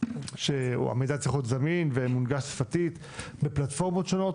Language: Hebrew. המידע צריך להיות זמין ומונגש שפתית בפלטפורמות שונות,